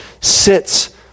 sits